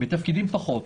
בתפקידים פחות.